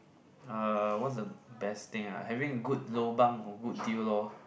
uh what's the best thing ah having good lobang or good deal lor